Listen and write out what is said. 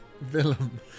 villain